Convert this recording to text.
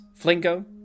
Flingo